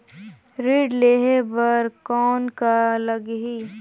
ऋण लेहे बर कौन का लगही?